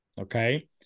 Okay